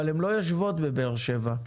אבל הן לא יושבות בבאר שבע,